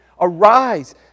Arise